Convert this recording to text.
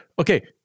okay